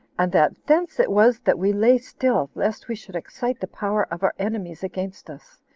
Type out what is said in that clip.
and that thence it was that we lay still, lest we should excite the power of our enemies against us.